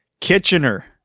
Kitchener